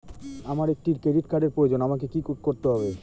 আমার একটি ক্রেডিট কার্ডের প্রয়োজন আমাকে কি করতে হবে?